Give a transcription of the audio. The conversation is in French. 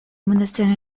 monastère